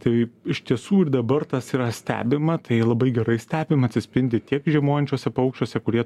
tai iš tiesų ir dabar tas yra stebima tai labai gerai stebima atsispindi tiek žiemojančiuose paukščiuose kurie